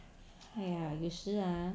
ya 有时 ah